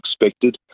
expected